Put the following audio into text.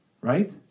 right